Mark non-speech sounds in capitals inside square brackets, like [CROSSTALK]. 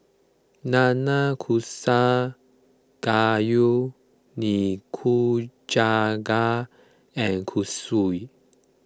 Nanakusa Gayu Nikujaga and [UNINTELLIGIBLE]